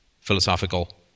philosophical